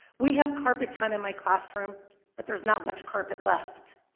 we have carpet time in my classroom but there's not much carpet left.